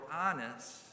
honest